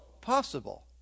possible